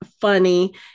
funny